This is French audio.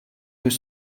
deux